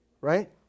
Right